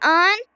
on